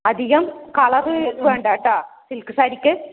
അധികം കളറ് വേണ്ടാട്ടാ സിൽക്ക് സാരിക്ക്